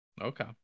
okay